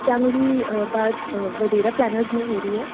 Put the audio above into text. क्या मेरी बात वडेरा प्लैनर्ज़ में हो रही है